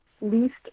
least